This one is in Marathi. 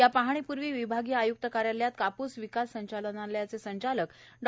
या पाहणीपूर्वी विभागीय आय्क्त कार्यालयात कापूस विकास संचालनालयाचे संचालक डॉ